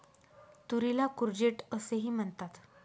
तुरीला कूर्जेट असेही म्हणतात